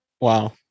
Wow